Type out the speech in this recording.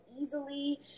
easily